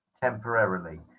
temporarily